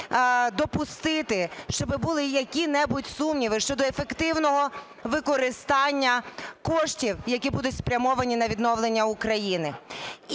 допустити, щоби були які-небудь сумніви щодо ефективного використання коштів, які будуть спрямовані на відновлення України.